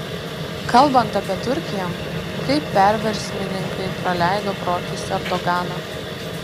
kalbant apie turkiją kaip perversmininkai praleido pro akis erdoganą